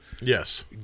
Yes